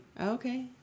okay